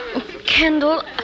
Kendall